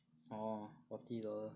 orh forty dollars